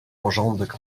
porządek